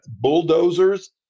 bulldozers